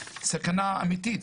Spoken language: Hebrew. סכנה אמיתית.